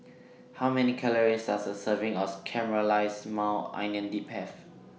How Many Calories Does A Serving of Caramelized Maui Onion Dip Have